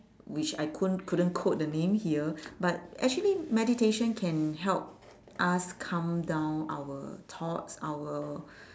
which I couldn't couldn't quote the name here but actually meditation can help us calm down our thoughts our